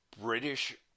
British